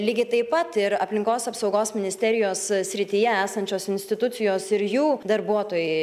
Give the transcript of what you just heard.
lygiai taip pat ir aplinkos apsaugos ministerijos srityje esančios institucijos ir jų darbuotojai